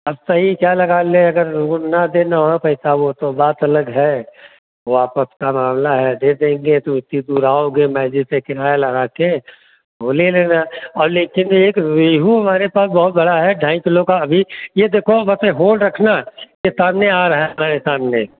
अब सही क्या लगा लें अगर वो ना दे पैसा वो तो बात अलग है वो आपस का मामला है दे देंगे तुम उत्ती दूर आओगे मैजिक से किराया लगा के वो ले लेना और लेकिन एक रेहू हमारे पास बहुत बड़ा है ढाई किलो का अभी ये देखो अभी बस वो रखना की शाम में आ रहे हैं शाम में